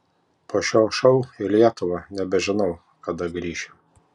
po šio šou į lietuvą nebežinau kada grįšiu